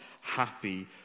happy